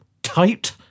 Tight